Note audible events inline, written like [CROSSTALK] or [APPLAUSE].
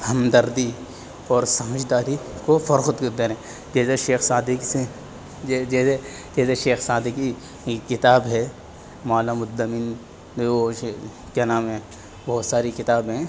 ہمدردی اور سمجھداری کو فروغ دیتے رہے جیسے شیخ سعدی سے جیسے شیخ سعدی کی کتاب ہے مالا مدہ من [UNINTELLIGIBLE] کیا نام ہیں بہت ساری کتاب ہیں